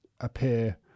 appear